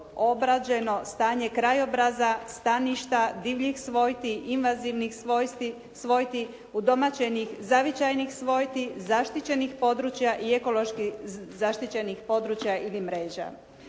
obrađeno stanje krajobraza, staništa, divljih svojti, invazivnih svojti, u domaćem i zavičajnih svojti, zaštićenih područja i ekoloških zaštićenih područja ili mreža.